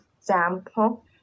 example